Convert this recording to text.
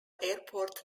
airport